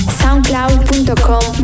soundcloud.com